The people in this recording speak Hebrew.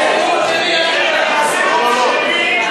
יהיה לך סיבוב שני.